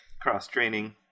cross-training